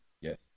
Yes